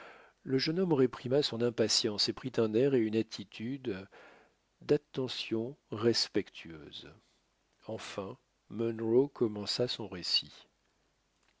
le jeune homme réprima son impatience et prit un air et une attitude d'attention respectueuse enfin munro commença son récit